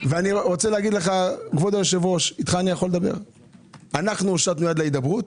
כבוד היושב-ראש, אנחנו הושטנו יד להידברות.